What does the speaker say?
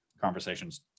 conversations